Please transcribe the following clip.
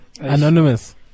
anonymous